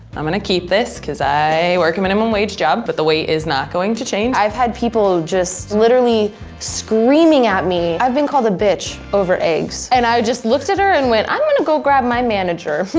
i'm gonna keep this cause i work a minimum-wage job, but the wait is not going to change. i've had people just literally screaming at me. i've been called a bitch over eggs, and i just looked at her and went, i'm gonna go grab my manager.